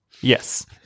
Yes